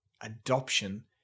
adoption